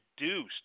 reduced